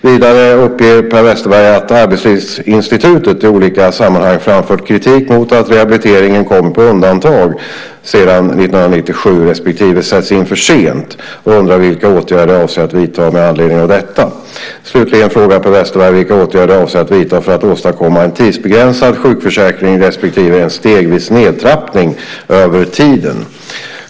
Vidare uppger Per Westerberg att Arbetslivsinstitutet i olika sammanhang framfört kritik mot att rehabiliteringen kommit på undantag sedan 1997 respektive sätts in för sent och undrar vilka åtgärder jag avser att vidta med anledning av detta. Slutligen frågar Per Westerberg vilka åtgärder jag avser att vidta för att åstadkomma en tidsbegränsad sjukförsäkring respektive en stegvis nedtrappning över tiden.